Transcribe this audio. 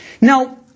Now